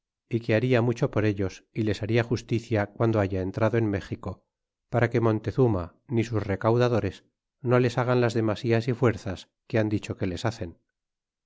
é que haria mucho por ellos é les baria justicia cuando haya entrado en méxico para que montezuma ni sus recaudadores no les hagan las demasías y fuerzas que han dicho que les hacen